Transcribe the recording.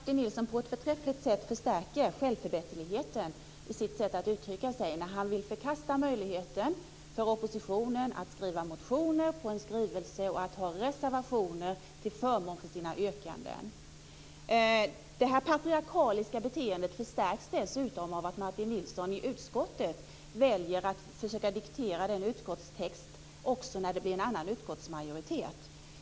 Herr talman! Jag tycker att Martin Nilsson förstärker självtillräckligheten i sitt sätt att uttrycka sig när han vill förkasta möjligheten för oppositionen att motionera med anledning av en skrivelse och att reservera sig till förmån för sina yrkanden. Det patriarkaliska beteendet förstärks dessutom av att Martin Nilsson i utskottet väljer att försöka diktera utskottstexten också när det blir en avvikande utskottsmajoritet.